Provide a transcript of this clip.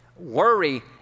Worry